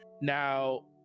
Now